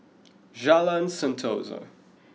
Jalan Sentosa